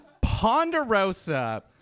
Ponderosa